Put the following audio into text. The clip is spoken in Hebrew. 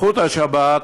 ובזכות השבת